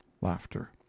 Laughter